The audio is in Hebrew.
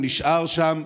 הוא נשאר שם,